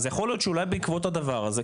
אז יכול להיות שאולי בעקבות הדבר הזה,